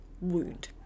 wound